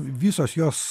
visos jos